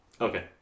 Okay